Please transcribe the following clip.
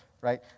right